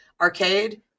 arcade